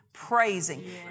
praising